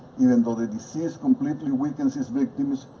even though, the disease completely weakens its victims,